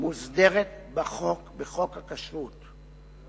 מוסדרת בחוק הכשרות.